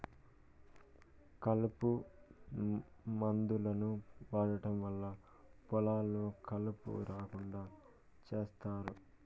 కలుపు మందులను వాడటం వల్ల పొలాల్లో కలుపు రాకుండా చేత్తారు